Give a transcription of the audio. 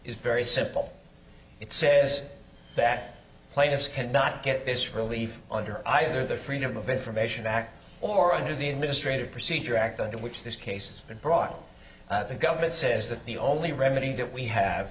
is very simple it says that plaintiffs cannot get this relief under either the freedom of information act or under the administrative procedure act under which this case brought the government says that the only remedy that we have